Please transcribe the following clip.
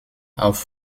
auf